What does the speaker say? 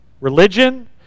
religion